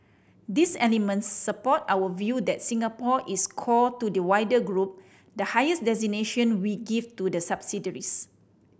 these elements support our view that Singapore is 'core' to the wider group the highest designation we give to the subsidiaries